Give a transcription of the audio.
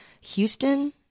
houston